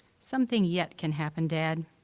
something yet can happen, dad,